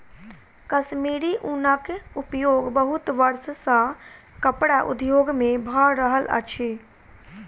कश्मीरी ऊनक उपयोग बहुत वर्ष सॅ कपड़ा उद्योग में भ रहल अछि